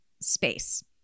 space